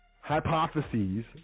hypotheses